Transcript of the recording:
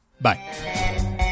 Bye